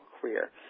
career